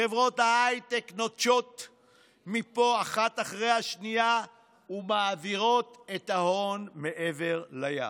חברות ההייטק נוטשות פה אחת אחרי השנייה ומעבירות את ההון מעבר לים,